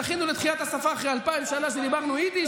זכינו לתחיית השפה אחרי אלפיים שנה שדיברנו יידיש,